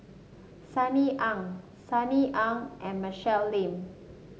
Sunny Ang Sunny Ang and Michelle Lim